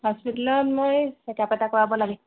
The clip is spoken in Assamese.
হস্পিতালত মই চেকাপ এটা কৰাব লাগে